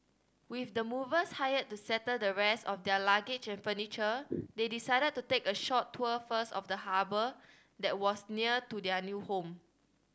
with the movers hired to settle the rest of their luggage and furniture they decided to take a short tour first of the harbour that was near to their new home